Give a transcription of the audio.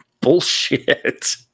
Bullshit